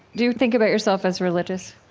do you think about yourself as religious?